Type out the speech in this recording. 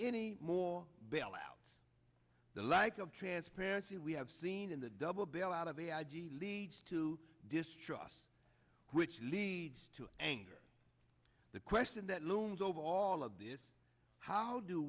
any more bailouts the lack of transparency we have seen in the double bailout of the i g leads to distrust which leads to anger the question that looms over all of this how do